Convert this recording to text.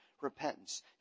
repentance